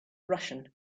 russian